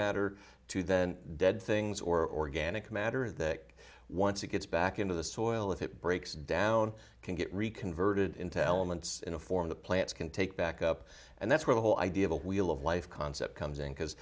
matter to then dead things or danica matter that once it gets back into the soil if it breaks down can get reconverted intelligence in a form the plants can take back up and that's where the whole idea of a wheel of life concept comes in because